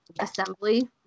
assembly